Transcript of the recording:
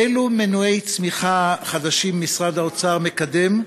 אילו מנועי צמיחה חדשים משרד האוצר מקדם?